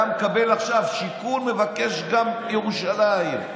היה מקבל עכשיו שיכון, מבקש גם את ירושלים.